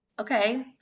okay